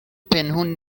پنهون